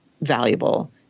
valuable